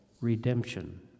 redemption